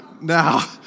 Now